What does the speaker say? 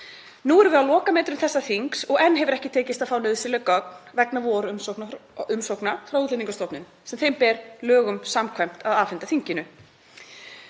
Nú erum við á lokametrum þessa þings og enn hefur ekki tekist að fá nauðsynleg gögn vegna vorumsókna frá Útlendingastofnun sem henni ber lögum samkvæmt að afhenda þinginu.